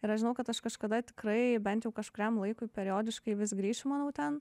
ir aš žinau kad aš kažkada tikrai bent jau kažkuriam laikui periodiškai vis grįšiu manau ten